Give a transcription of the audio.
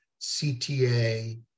cta